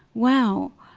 wow,